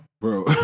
bro